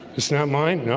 it's not mine, no,